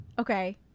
Okay